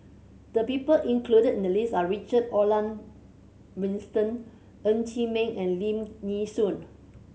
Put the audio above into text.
the people included in the list are Richard Olaf Winstedt Ng Chee Meng and Lim Nee Soon